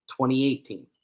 2018